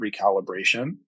recalibration